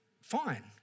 Fine